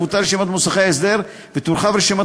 תבוטל רשימת מוסכי ההסדר ותורחב רשימת